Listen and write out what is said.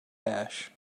ash